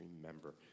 remember